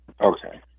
Okay